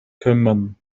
kümmern